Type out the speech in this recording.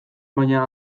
baina